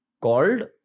Called